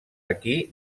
aquí